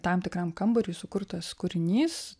tam tikram kambariui sukurtas kūrinys